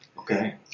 Okay